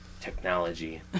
technology